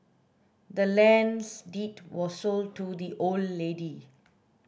the land's deed was sold to the old lady